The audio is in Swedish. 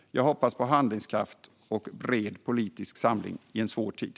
Jag hoppas på handlingskraft och bred politisk samling i en svår tid.